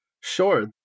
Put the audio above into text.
Sure